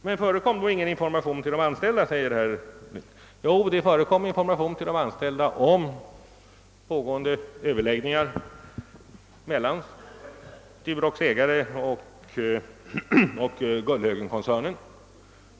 Men förekom då ingen information till de anställda? Jo, det gavs information till de anställda om pågående överläggningar mellan Durox ägare och Gullhögenkoncernen.